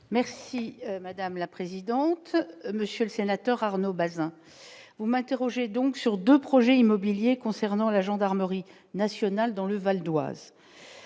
Merci madame la présidente, monsieur le sénateur, Arnaud Bazin vous m'interrogez donc sur 2 projets immobiliers concernant la gendarmerie nationale, dans le Val-d'Oise